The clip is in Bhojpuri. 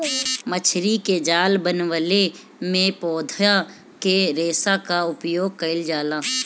मछरी के जाल बनवले में पौधा के रेशा क उपयोग कईल जाला